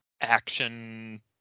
action